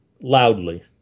loudly